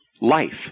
life